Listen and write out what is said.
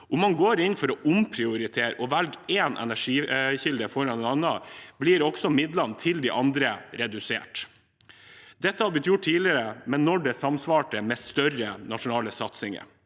Om man går inn for å omprioritere og velge en energikilde foran en annen, blir også midlene til de andre redusert. Dette har blitt gjort tidligere, men kun da dette samsvarte med større nasjonale satsinger.